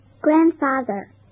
Grandfather